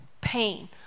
pain